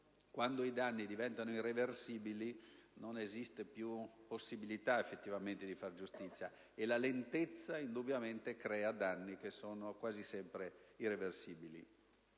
Quando i danni diventano irreversibili, infatti, non esiste più possibilità obiettivamente di fare giustizia e la lentezza indubbiamente crea danni che sono quasi sempre irreversibili.